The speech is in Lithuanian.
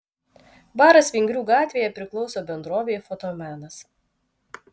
baras vingrių gatvėje priklauso bendrovei fotomenas